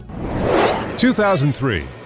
2003